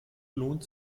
lohnt